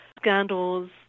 scandals